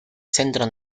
centro